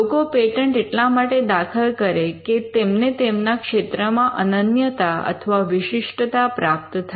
લોકો પેટન્ટ એટલા માટે દાખલ કરે કે તેમને તેમના ક્ષેત્રમાં અનન્યતા અથવા વિશિષ્ટતા પ્રાપ્ત થાય